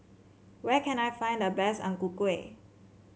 where can I find the best Ang Ku Kueh